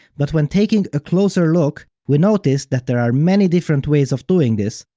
but when taking a closer look, we notice that there are many different ways of doing this,